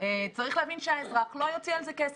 צריך להבין שהאזרח לא יוציא על זה כסף.